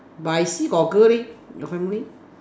but I see got girl leh your family